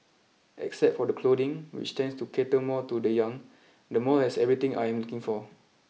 except for the clothing which tends to cater more to the young the mall has everything I am looking for